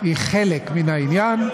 היא חלק מן העניין.